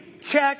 Check